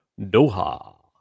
Doha